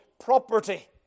property